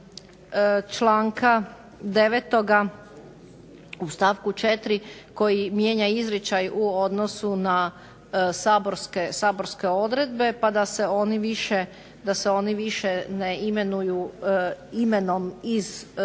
članka 9. u stavku 4. koji mijenja izričaj u odnosu na saborske odredbe, pa da se oni više ne imenuju imenom iz